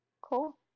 Cool